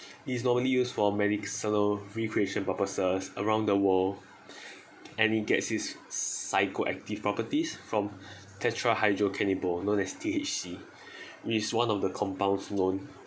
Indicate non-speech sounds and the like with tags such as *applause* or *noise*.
it's normally used for medicinal recreation purposes around the world *breath* and it gets its psychoactive properties from tetrahydrocannabinol known as T_H_C *breath* it is one of the compounds known